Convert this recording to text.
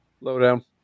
Lowdown